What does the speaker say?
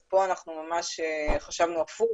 כאן אנחנו ממש חשבנו הפוך.